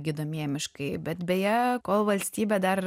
gydomieji miškai bet beje kol valstybė dar